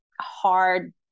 hard